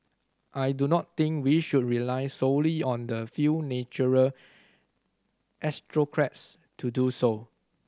I do not think we should rely solely on the few natural to do so